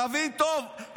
אתה מבין טוב?